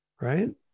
right